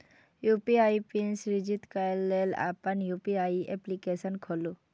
UPI PIN सृजित करै लेल अपन यू.पी.आई एप्लीकेशन खोलू